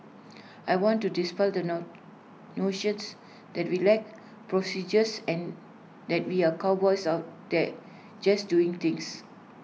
I want to dispel the no notions that we lack procedures and that we are cowboys of there just doing things